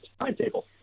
timetable